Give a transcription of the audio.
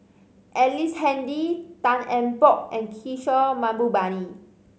Ellice Handy Tan Eng Bock and Kishore Mahbubani